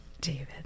david